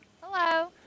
Hello